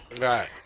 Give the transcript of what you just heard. Right